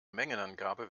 mengenangabe